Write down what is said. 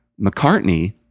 McCartney